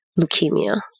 leukemia